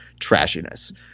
trashiness